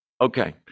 Okay